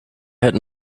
had